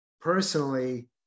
personally